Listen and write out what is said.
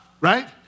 right